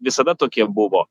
visada tokie buvo